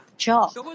Job